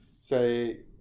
say